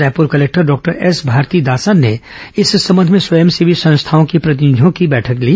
Raipur collector doctor S Bharathidasan ने इस संबंध में स्वयंसेवी संस्थाओं के प्रतिनिधियों की बैठक ली